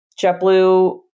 JetBlue